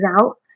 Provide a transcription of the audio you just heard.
out